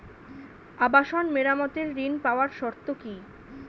আবাসন মেরামতের ঋণ পাওয়ার শর্ত কি?